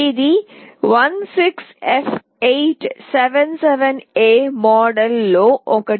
ఇది 16F877A మోడల్లో ఒకటి